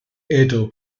edo